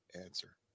answer